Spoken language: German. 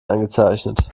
eingezeichnet